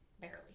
Barely